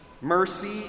Mercy